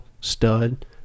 stud